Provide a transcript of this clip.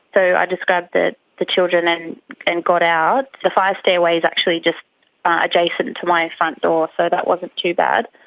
so i just grabbed the the children and and got out. the fire stairway is actually just adjacent to my front door, so that wasn't too bad.